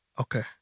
Okay